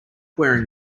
wearing